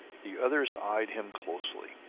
the others eyed him closely.